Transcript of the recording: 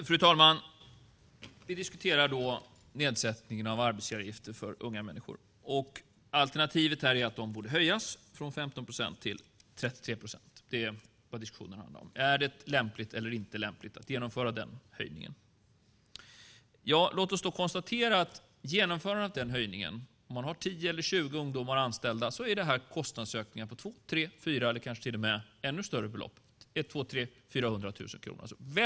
Fru talman! Vi diskuterar nedsättningen av arbetsgivaravgiften för unga människor. Alternativet är att de borde höjas från 15 procent till 33 procent. Det är vad diskussionen handlar om: Är det lämpligt eller inte att genomföra den höjningen? Låt oss konstatera att om man har 10 eller 20 ungdomar anställda innebär genomförandet av den höjningen en kostnadsökning på mellan 100 000 och 400 000 kronor, eller ännu mer.